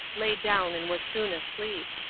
lay down and was soon asleep.